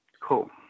Cool